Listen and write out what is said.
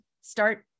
start